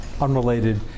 Unrelated